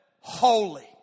holy